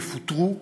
יפוטרו,